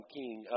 king